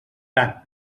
tant